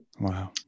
Wow